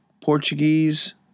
Portuguese